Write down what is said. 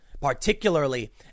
particularly